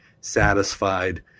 satisfied